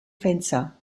fencer